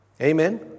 Amen